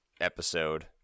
episode